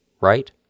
right